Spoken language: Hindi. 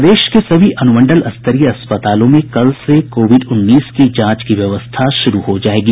प्रदेश के सभी अनुमंडल स्तरीय अस्पतालों में कल से कोविड उन्नीस की जांच की व्यवस्था शुरू हो जोयगी